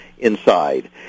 Inside